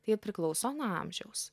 tai priklauso nuo amžiaus